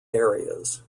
areas